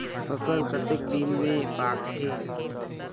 फसल कतेक दिन मे पाकथे?